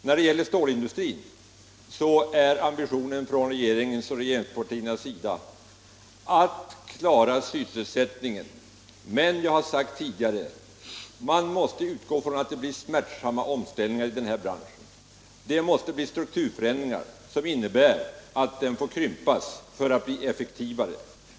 När det gäller stålindustrin är det regeringens och regeringspartiernas ambition att klara sysselsättningen, men jag har sagt tidigare att man måste utgå ifrån att det blir smärtsamma omställningar i stålbranschen. Det måste bli strukturförändringar som innebär att branschen får krympas för att bli effektivare.